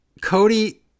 Cody